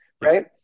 right